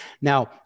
Now